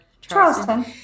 Charleston